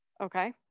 Okay